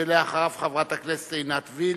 ואחריו, חברת הכנסת עינת וילף,